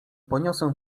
poniosę